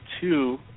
two